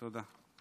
תודה.